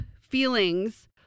feelings